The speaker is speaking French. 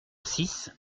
six